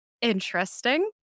interesting